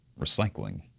recycling